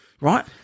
Right